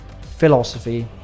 philosophy